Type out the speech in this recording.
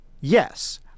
yes